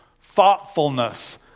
thoughtfulness